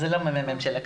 אז זה לא הממ"מ של הכנסת.